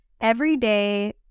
everyday